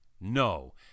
no